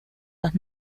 los